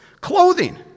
Clothing